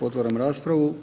Otvaram raspravu.